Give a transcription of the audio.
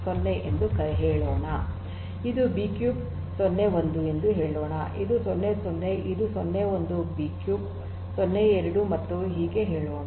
ಇದು ಬಿಕ್ಯೂಬ್ 0 1 ಎಂದು ಹೇಳೋಣ ಇದು 0 0 ಇದು 0 1 ಬಿಕ್ಯೂಬ್ 0 2 ಮತ್ತು ಹೀಗೆ ಹೇಳೋಣ